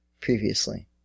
previously